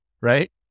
Right